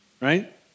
Right